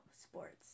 sports